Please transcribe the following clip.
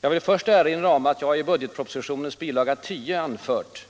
Jag vill först erinra om att jag i budgetpropositionens bilaga 10 anfört,